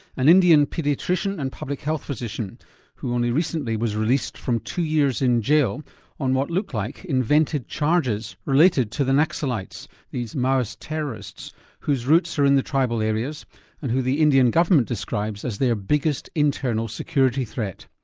an indian paediatrician and public health physician physician who only recently was released from two years in jail on what looked like invented charges related to the naxalites, these maoist terrorists whose roots are in the tribal areas and who the indian government describes as their biggest internal security threat.